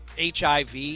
HIV